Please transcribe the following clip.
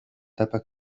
tapa